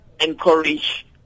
encourage